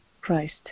Christ